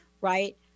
right